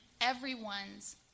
everyone's